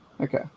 Okay